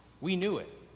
we knew it.